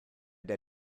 der